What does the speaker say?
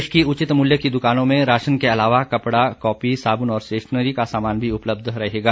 प्रदेश की उचित मूल्य की द्रकानों में राशन के अलावा कपड़ा कॉपी साबुन और स्टेशनरी का सामान भी उपलब्ध रहेगा